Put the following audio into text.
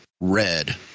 red